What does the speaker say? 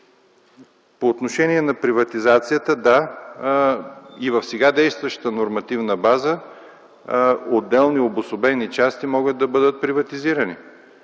По отношение на приватизацията. Да, и в сега действащата нормативна база отделни обособени части могат да бъдат приватизирани,